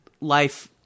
life